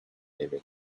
naming